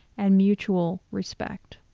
and mutual respect.